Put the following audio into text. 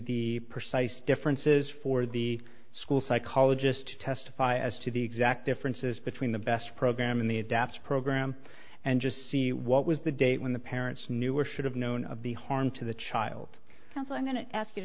the precise differences for the school psychologist testify as to the exact differences between the best program in the adapter program and just see what was the date when the parents knew or should have known of the harm to the child counseling going to ask you to